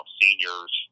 seniors